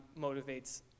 motivates